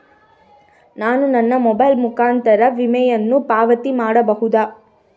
ನಾನು ನನ್ನ ಮೊಬೈಲ್ ಮುಖಾಂತರ ವಿಮೆಯನ್ನು ಪಾವತಿ ಮಾಡಬಹುದಾ?